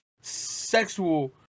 sexual